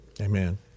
Amen